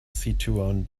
situon